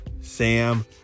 Sam